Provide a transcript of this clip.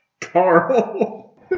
Carl